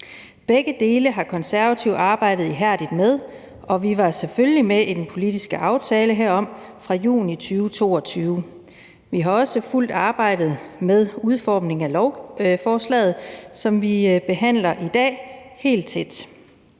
Begge dele har Konservative arbejdet ihærdigt med, og vi var selvfølgelig med i den politiske aftale herom fra juni 2022. Vi har også fulgt arbejdet med udformningen af lovforslaget, som vi behandler i dag, helt tæt.